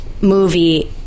Movie